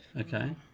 Okay